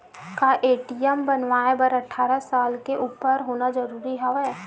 का ए.टी.एम बनवाय बर अट्ठारह साल के उपर होना जरूरी हवय?